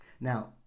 Now